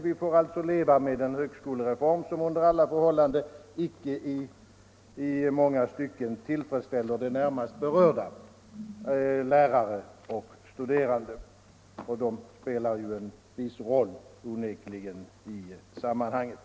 Vi får alltså leva med en högskolereform som under alla förhållanden i många stycken icke tillfredsställer de närmast berörda, nämligen lärare och studerande, och de spelar onekligen en viss roll i sammanhanget.